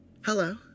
Hello